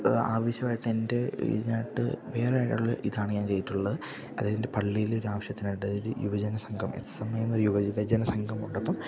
ആവശ്യമായിട്ട് എൻ്റെ ഇതിനായിട്ട് വേറെയൊരു ഇതാണ് ഞാൻ ചെയ്തിട്ടുള്ളത് അതായതെൻ്റെ പള്ളിയില് ഒരാവശ്യത്തിനായിട്ട് അതായത് യുവജന സംഘം എസ് എം എ എന്നൊരു യുവജന സംഘം ഉള്ളപ്പം